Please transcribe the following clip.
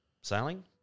sailing